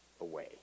away